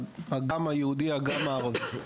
גם היהודי וגם הערבי,